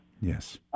Yes